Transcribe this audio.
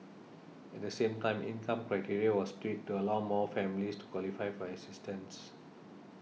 at the same time income criteria was tweaked to allow more families to qualify for assistance